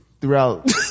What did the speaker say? throughout